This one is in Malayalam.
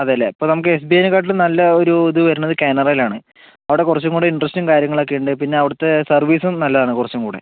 അതെ അല്ലേ ഇപ്പം നമുക്ക് എസ് ബി ഐയിനെകാട്ടിലും നല്ല ഒരു ഇത് വരുന്നത് കാനറയിൽ ആണ് അവിടെ കുറച്ചും കൂടെ ഇൻ്ററസ്റ്റ് കാര്യങ്ങളൊക്കെ ഉണ്ട് പിന്നെ അവിടുത്തെ സർവീസും നല്ലതാണ് കുറച്ചും കൂടെ